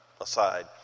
aside